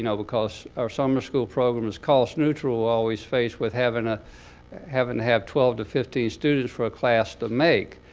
and because our summer school program is cost neutral, we're always faced with having ah having to have twelve to fifteen students for a class to make.